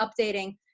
updating